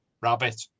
rabbit